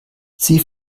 sie